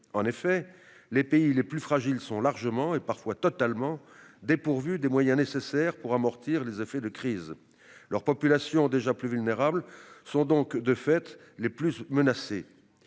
En effet, les pays les plus fragiles sont largement, voire parfois totalement dépourvus des moyens nécessaires pour amortir les effets des crises. Leurs populations, qui sont déjà les plus vulnérables, sont donc, de fait, les plus menacées.